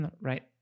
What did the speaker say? Right